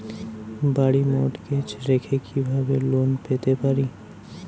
বাড়ি মর্টগেজ রেখে কিভাবে লোন পেতে পারি?